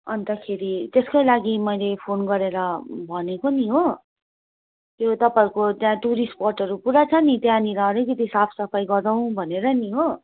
अन्तखेरि त्यसकै लागि मैले फोन गरेर भनेको नि हो त्यो तपाईँको त्यहाँ टुरिस्ट स्पटहरू पुरा छ नि त्यहाँनिर अलिकति साफ सफाइ गरौँ भनेर नि हो